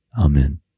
Amen